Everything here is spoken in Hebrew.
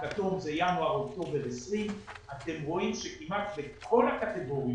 הכתום הוא ינואר-אוקטובר 2020. אתם רואים שכמעט בכל הקטגוריות,